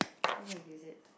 I can use it